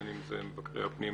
בין אם אלה מבקרי הפנים